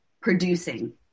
producing